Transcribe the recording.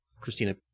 Christina